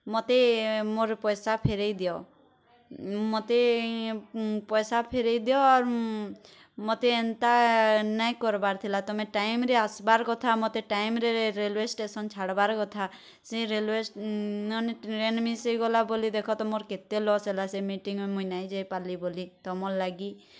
ମୋତେ ମୋର୍ ପଇସା ଫେରେଇ ଦିଅ ମୋତେ ପଇସା ଫେରେଇ ଦିଆ ଆର୍ ମୋତେ ଏନ୍ତା ନାଇଁ କର୍ବାର୍ ଥିଲା ତୁମେ ଟାଇମ୍ରେ ଆସବାର୍ କଥା ମୋତେ ଟାଇମ୍ରେ ରେଲୱେ ଷ୍ଟେସନ୍ ଛାଡ଼ବାର୍ କଥା ସେଇ ରେଲୱେ ନହନେ ଟ୍ରେନ୍ ମିସ୍ ହେଇଗଲା ବୋଲି ଦେଖ ମୋର୍ କେତେ ଲସ୍ ହେଲା ସେଇ ମିଟିଙ୍ଗ୍କୁ ମୁଇଁ ନାଇଁ ଯାଇପାରିଲି ବୋଲି ତମର୍ ଲାଗି